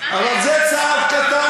אבל זה צעד קטן